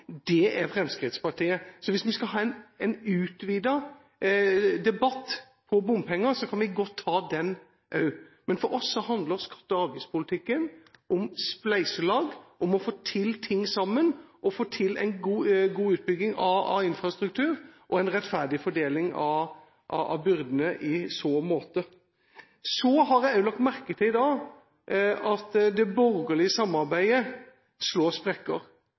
er Fremskrittspartiet. Hvis vi skal ha en utvidet debatt om bompenger, så kan vi godt ta den også. Men for oss handler skatte- og avgiftspolitikken om spleiselag – om å få til ting sammen – og å få til god utbygging av infrastruktur og en rettferdig fordeling av byrdene i så måte. Så har jeg også lagt merke til i dag at det borgerlige samarbeidet slår sprekker.